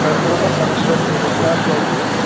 سُہ حظ کَرہو پَتہٕ کَنسٹرٛکشَن تہِ سِٹارٹ جلدی وۅنۍ